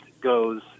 goes